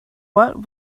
what